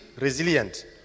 resilient